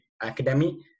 Academy